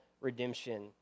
redemption